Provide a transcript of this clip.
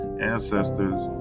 Ancestors